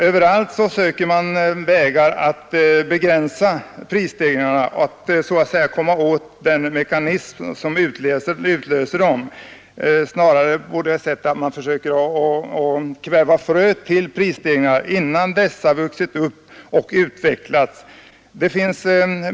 Överallt söker man vägar för att begränsa prisstegringarna och komma åt den mekanism som utlöser dem. Man försöker kväva fröet till prisstegringarna innan det växer upp och utvecklas.